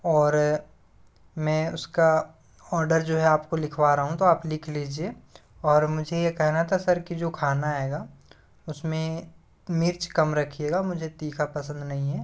और मैं उसका ऑर्डर जो है आपको लिखवा रहा हूँ तो आप लिख लीजिए और मुझे यह कहना था सर कि जो खाना आएगा उसमें मिर्च कम रखिएगा मुझे तीखा पसंद नहीं है